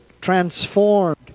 transformed